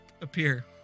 appear